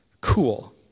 cool